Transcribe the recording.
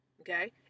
Okay